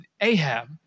Ahab